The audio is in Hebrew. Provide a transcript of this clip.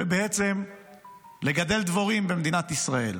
ובעצם לגדל דבורים במדינת ישראל.